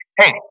hey